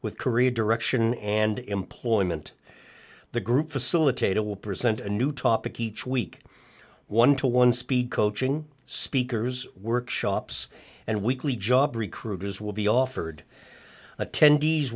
with career direction and employment the group facilitator will present a new topic each week one to one speed coaching speakers workshops and weekly job recruiters will be offered attend